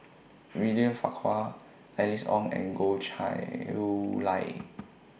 William Farquhar Alice Ong and Goh Chiew Lye